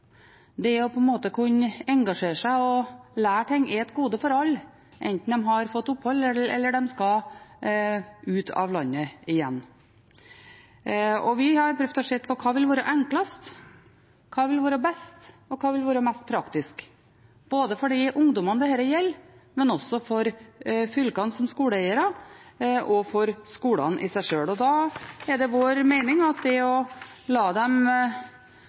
kunne engasjere seg og lære ting er et gode for alle, enten de har fått opphold eller de skal ut av landet igjen. Vi har prøvd å se på hva som vil være enklest, hva som vil være best, og hva som vil være mest praktisk for de ungdommene dette gjelder, men også for fylkene som skoleeiere og for skolene i seg sjøl. Det er vår mening at det å la dem